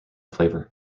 flavour